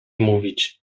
mówić